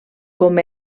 com